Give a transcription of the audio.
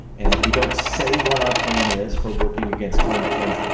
and if we don't say what our plan is for working against climate change,